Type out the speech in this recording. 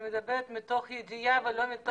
מדברת מתוך ידיעה ולא מתוך ניחוש.